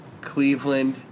Cleveland